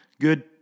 good